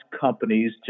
companies